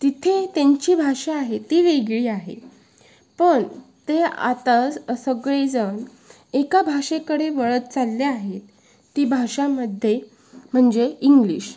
तिथे त्यांची भाषा आहे ती वेगळी आहे पण ते आता स सगळेजण एका भाषेकडे वळत चालले आहेत ती भाषामध्ये म्हणजे इंग्लिश